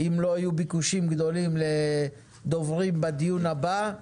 אם לא יהיו ביקושים לדוברים נוספים בדיון הבא,